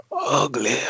ugly